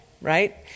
right